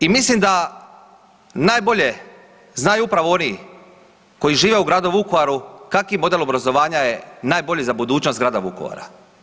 I mislim da najbolje znaju upravo oni koji žive u gradu Vukovaru kaki model obrazovanja je najbolji za budućnost grada Vukovara.